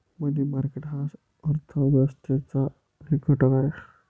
मनी market हा अर्थ व्यवस्थेचा एक घटक आहे